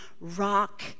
rock